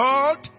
Lord